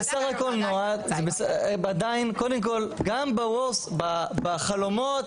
קודם כל בחלומות